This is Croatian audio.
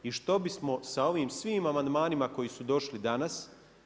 I što bismo sa ovim svim amandmanima koji su došli danas?